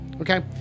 okay